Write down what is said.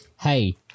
Hey